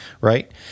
right